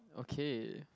okay